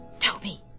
Toby